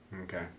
Okay